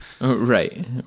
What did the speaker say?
right